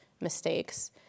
mistakes